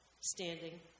standing